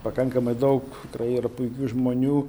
pakankamai daug tikrai yra puikių žmonių